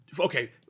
Okay